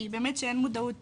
כי באמת שאין מודעות